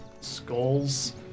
skulls